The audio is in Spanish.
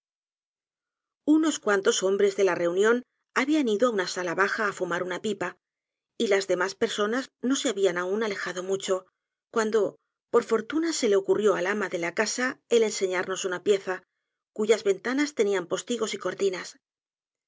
unos cuantos hombres de la reunion habían ido á una sala baja á fumar una pipa y las demás personas no se habían aun alejado mucho cuando por fortuna se le ocurrió al ama de la casa el enseñarnos una pieza cuyas ventanas tenían postigos y cortinas